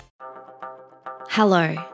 hello